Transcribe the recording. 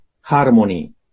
harmony